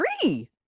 three